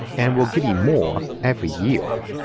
and we're getting more every year.